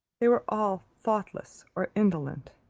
they were all thoughtless or indolent.